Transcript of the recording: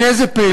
הנה זה פלא,